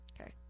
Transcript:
Okay